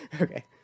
Okay